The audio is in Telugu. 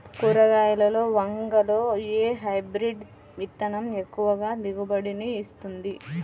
కూరగాయలలో వంగలో ఏ హైబ్రిడ్ విత్తనం ఎక్కువ దిగుబడిని ఇస్తుంది?